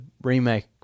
remake